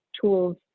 tools